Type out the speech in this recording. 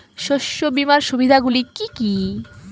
শস্য বিমার সুবিধাগুলি কি কি?